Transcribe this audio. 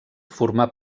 formà